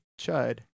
Chud